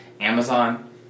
Amazon